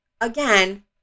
again